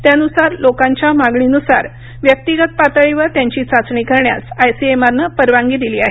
त्यानुसार लोकांच्या मागणीनुसार व्यक्तिगत पातळीवर त्यांची चाचणी करण्यास आयसीएमआरनं परवानगी दिली आहे